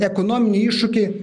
ekonominiai iššūkiai